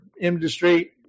industry